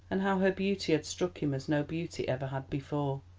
and how her beauty had struck him as no beauty ever had before.